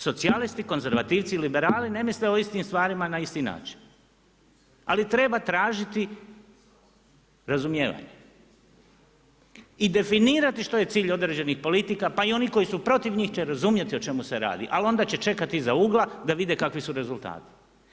Socijalisti, konzervativci, liberali ne misle o istim stvarima na isti način, ali treba tražiti razumijevanje i definirati što je cilj određenih politika pa i onih koji su protiv njih će razumjeti o čemu se radi ali onda će čekati iza ugla da vide kakvi su rezultati.